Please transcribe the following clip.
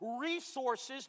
resources